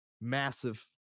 Massive